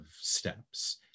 steps